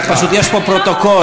פשוט יש פה פרוטוקול,